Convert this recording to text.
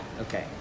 Okay